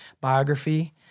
biography